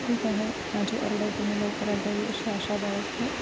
माझी ऑर्डर तुम्ही लवकरात द्यावी अशी आशा बाळगते